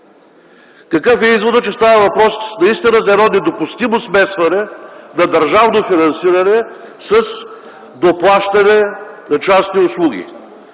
Какъв е изводът? Става въпрос наистина за едно недопустимо смесване на държавно финансиране с доплащане на частни услуги.